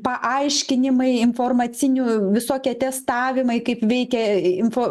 paaiškinimai informacinių visokie testavimai kaip veikia info